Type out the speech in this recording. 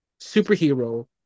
superhero